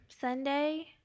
Sunday